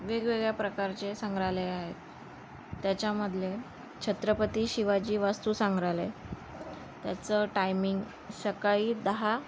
वेगवेगळ्या प्रकारचे संग्रहालय आहेत त्याच्यामधले छत्रपती शिवाजी वस्तू संग्रहालय त्याचं टायमिंग सकाळी दहा